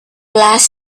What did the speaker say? last